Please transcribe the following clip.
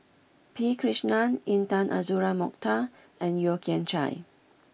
P Krishnan Intan Azura Mokhtar and Yeo Kian Chye